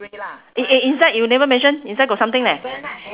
eh eh inside you never mention inside got something leh